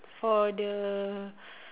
for the